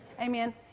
Amen